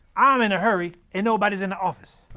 ah i'm in a hurry and nobody is in the office.